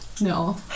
No